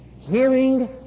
Hearing